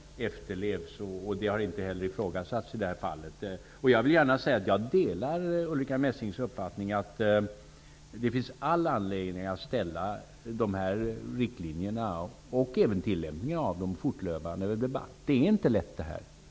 Herr talman! Det är inte fråga om att tumma på lagen. Riktlinjerna efterlevs, och detta har heller inte ifrågasatts i detta fall. Jag delar Ulrica Messings uppfattning att det finns all anledning att ställa dessa riktlinjer och även tillämpningen av dem fortlöpande under debatt. Denna fråga är inte lätt.